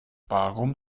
warum